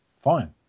fine